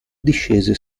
discese